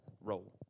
role